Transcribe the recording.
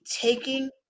taking